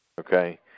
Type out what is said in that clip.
Okay